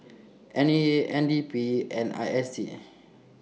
N E A N D P and I S D